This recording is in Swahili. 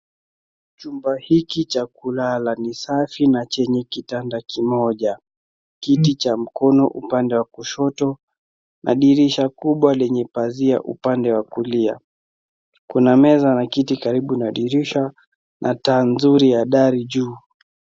Chumba hiki cha kulala ni safi na chenye kitanda kimoja, kiti cha mkono upande wa kushoto na dirisha kubwa lenye pazia upande wa kulia. Kuna meza na kiti kaaribu na dirisha na taa nzuri ya dari juu.